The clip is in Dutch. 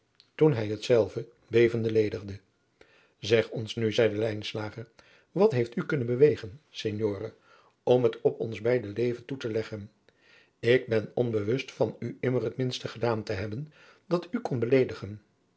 toen hij hetzelve bevende ledigde zeg ons nu zeide lijnslager wat heeft u kunnen bewegen signore om het op ons beider leven toe leggen ik ben onbewust van u immer het minste gedaan te hebben dat u kon beleedigen